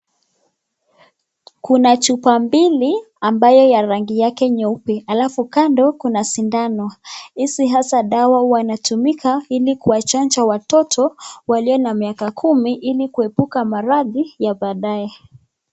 Kuna chupa mbili ambayo ya rangi yake nyeupe, alafu kando kuna sindano. Hizi hasa dawa hutumika ili kuwachanja watoto walio na miaka kumi ili kuepuka maradhi ya baadaye.